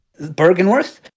Bergenworth